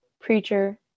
preacher